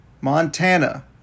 Montana